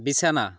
বিছানা